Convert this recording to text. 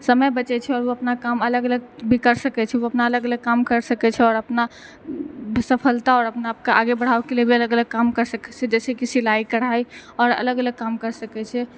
समय बचै छै आओर ओ अपना काम अलग अलग भी करि सकै छै ओ अपना अलग अलग काम करि सकै छै आओर अपना सफलता आओर अपना आपके आगे बढ़ाबैके लिए भी अलग अलग काम कर सकै छै जइसे कि सिलाइ कढ़ाइ आओर अलग अलग काम करि सकै छै